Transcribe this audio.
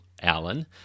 Alan